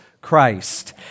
Christ